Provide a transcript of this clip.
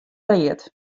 read